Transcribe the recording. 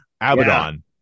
Abaddon